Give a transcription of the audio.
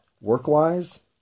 work-wise